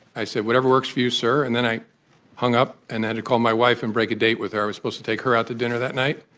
i said, whatever works for you, sir. and then i hung up and had to call my wife and break a date with her. i was supposed to take her out to dinner that night.